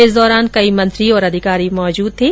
इस दौरान कई मंत्री और अधिकारी मौजूद थे